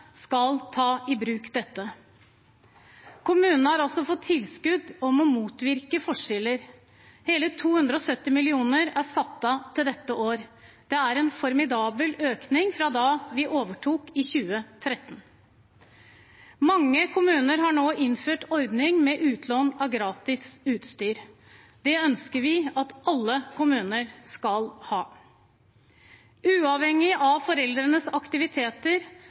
skal ta dette i bruk. Kommunene har altså fått tilskudd til å motvirke forskjeller. Hele 270 mill. kr er satt av til dette i år. Det er en formidabel økning fra da vi overtok i 2013. Mange kommuner har nå innført ordningen med gratis utlån av utstyr. Det ønsker vi at alle kommuner skal ha. Uavhengig av foreldrenes økonomi skal barna kunne delta i aktiviteter.